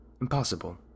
Impossible